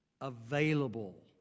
available